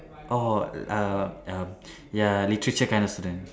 oh uh err ya literature kind of student